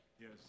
Yes